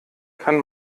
kann